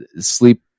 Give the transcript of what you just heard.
Sleep